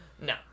no